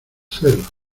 celos